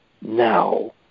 now